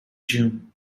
june